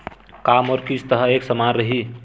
का मोर किस्त ह एक समान रही?